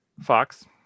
Fox